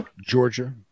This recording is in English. Georgia